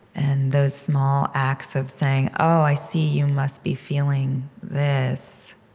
and those small acts of saying, oh, i see you must be feeling this.